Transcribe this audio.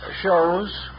shows